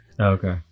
okay